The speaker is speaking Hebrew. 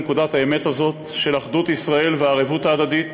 לנקודת האמת הזאת של אחדות ישראל והערבות ההדדית